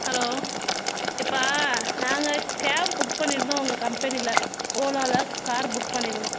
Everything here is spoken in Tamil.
ஹலோ இப்போ நாங்கள் கேப் புக் பண்ணியிருந்தோம் உங்கள் கம்பெனியில் ஓலாவில் கார் புக் பண்ணியிருந்தோம்